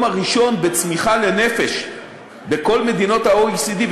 הראשון בצמיחה לנפש בכל מדינות ה-OECD,